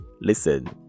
listen